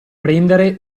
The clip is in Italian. prendere